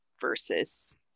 versus